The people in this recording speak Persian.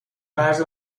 مرز